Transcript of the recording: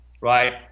right